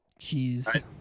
Jeez